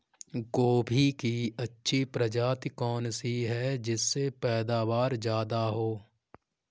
गोभी की अच्छी प्रजाति कौन सी है जिससे पैदावार ज्यादा हो?